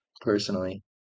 personally